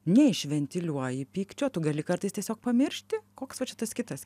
neišventiliuoji pykčio tu gali kartais tiesiog pamiršti koks va čia tas kitas